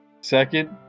Second